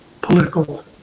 political